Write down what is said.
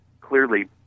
clearly